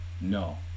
no